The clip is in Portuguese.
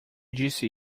disse